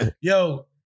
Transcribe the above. yo